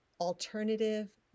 alternative